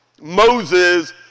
Moses